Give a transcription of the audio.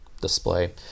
display